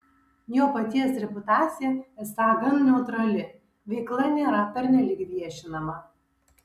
jo paties reputacija esą gan neutrali veikla nėra pernelyg viešinama